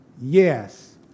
Yes